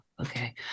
okay